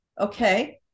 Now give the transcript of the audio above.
Okay